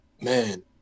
man